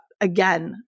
again